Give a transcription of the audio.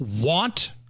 want